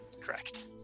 Correct